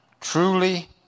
Truly